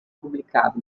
publicado